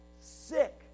sick